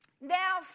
Now